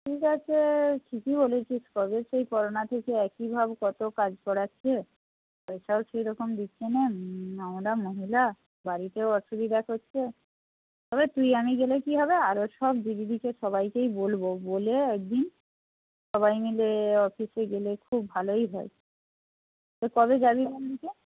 ঠিক আছে ঠিকই বলেছিস কবে সেই করোনা থেকে একই ভাব কত কাজ করাচ্ছে পয়সাও সেই রকম দিচ্ছে না নোংরা মহিলা বাড়িতেও অসুবিধা করছে তবে তুই আমি গেলে কি হবে আরও সব দিদিদেরকে সবাইকেই বলব বলে একদিন সবাই মিলে অফিসে গেলে খুব ভালোই হয় তো কবে যাবি